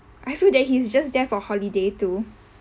I feel that he's just there for holiday too